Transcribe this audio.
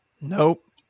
nope